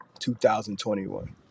2021